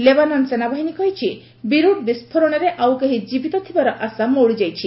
Lebanon ସେନାବାହିନୀ କହିଛି Beirut ବିସ୍ଫୋରଣରେ ଆଉ କେହି ଜୀବିତ ଥିବାର ଆଶା ମଉଳିଯାଇଛି